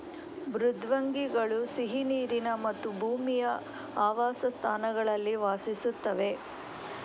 ಮೃದ್ವಂಗಿಗಳು ಸಿಹಿ ನೀರಿನ ಮತ್ತು ಭೂಮಿಯ ಆವಾಸಸ್ಥಾನಗಳಲ್ಲಿ ವಾಸಿಸುತ್ತವೆ